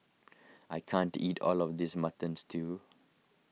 I can't eat all of this Mutton Stew